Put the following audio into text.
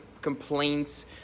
complaints